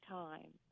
time